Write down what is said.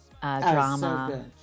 drama